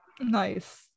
Nice